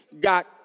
got